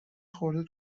خورده